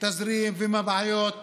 תזרים ומבעיות